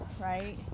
right